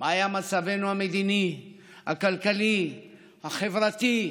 מה היה מצבנו המדיני, הכלכלי, החברתי,